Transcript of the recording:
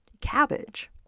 cabbage